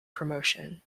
promotion